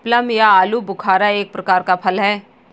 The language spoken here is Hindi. प्लम या आलूबुखारा एक प्रकार का फल है